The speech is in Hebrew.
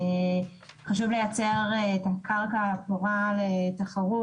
חשוב לייצר קרקע פורה לתחרות,